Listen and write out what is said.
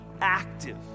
active